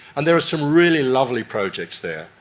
and there are some really lovely projects there,